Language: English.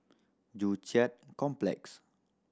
Joo Chiat Complex